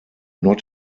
not